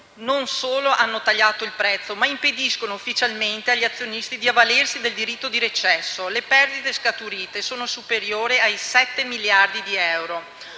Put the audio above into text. non solo hanno tagliato il prezzo, ma impediscono ufficialmente agli azionisti di avvalersi del diritto di recesso. Le perdite scaturite sono superiori ai 7 miliardi di euro: